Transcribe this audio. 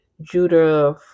Judah